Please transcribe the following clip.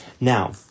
Now